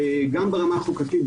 גם ברמה החוקתית,